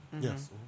Yes